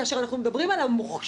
וכאשר אנחנו מדברים על המוכש"ר